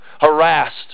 harassed